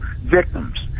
victims